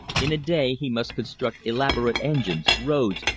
in a day he must construct elaborate engines, roads,